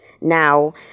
Now